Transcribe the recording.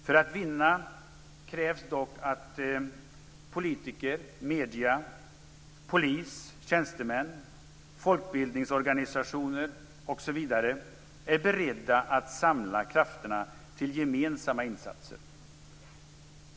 För att vinna krävs dock att politiker, medier, polis, tjänstemän, folkbildningsorganisationer osv. är beredda att samla krafterna till gemensamma insatser.